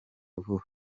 vuba